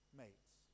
mates